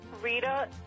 rita